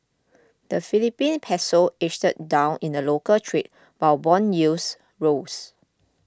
the Philippine Peso edged down in local trade while bond yields rose